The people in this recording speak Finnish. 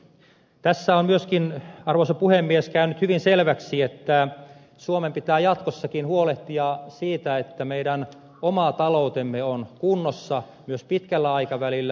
tässä on myöskin arvoisa puhemies käynyt hyvin selväksi että suomen pitää jatkossakin huolehtia siitä että meidän oma taloutemme on kunnossa myös pitkällä aikavälillä